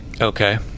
Okay